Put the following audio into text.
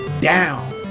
down